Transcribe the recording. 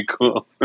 cool